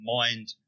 mind